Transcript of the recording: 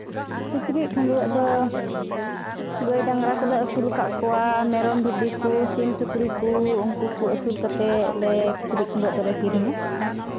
ᱠᱤᱪᱨᱤᱡᱽ ᱠᱷᱟᱺᱰᱩᱣᱟᱹᱜ ᱫᱚ ᱜᱟᱹᱭ ᱰᱟᱝᱨᱟ ᱠᱚᱞᱮ ᱟᱹᱥᱩᱞ ᱟᱠᱟᱫ ᱠᱚᱣᱟ ᱢᱮᱨᱚᱢ ᱵᱷᱤᱰᱤ ᱠᱚ ᱥᱤᱢ ᱥᱩᱠᱨᱤ ᱠᱚ ᱩᱱᱠᱩ ᱠᱚ ᱟᱹᱥᱩᱞ ᱠᱟᱛᱮᱫ ᱞᱮ ᱠᱤᱪᱨᱤᱡᱽ ᱠᱷᱟᱺᱰᱩᱣᱟᱹᱜ ᱫᱚᱞᱮ ᱠᱤᱨᱤᱧᱟ